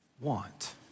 want